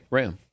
Ram